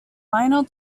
final